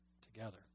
together